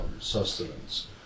sustenance